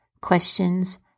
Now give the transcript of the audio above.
questions